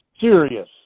serious